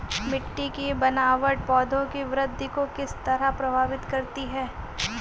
मिटटी की बनावट पौधों की वृद्धि को किस तरह प्रभावित करती है?